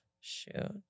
Shoot